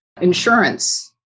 insurance